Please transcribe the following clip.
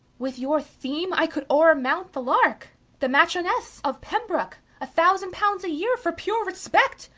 with your theame, i could o're-mount the larke the marchionesse of pembrooke? a thousand pounds a yeare, for pure respect?